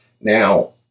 Now